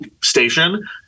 station